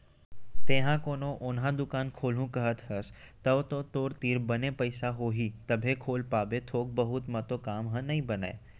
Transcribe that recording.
तेंहा कोनो ओन्हा दुकान खोलहूँ कहत हस तव तो तोर तीर बने पइसा होही तभे खोल पाबे थोक बहुत म तो काम ह नइ बनय